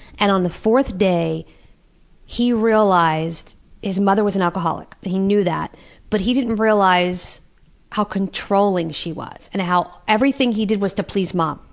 and on the fourth day he realized his mother was an alcoholic, but he knew that but he didn't realize how controlling she was, and how everything he did was to please mom.